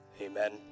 Amen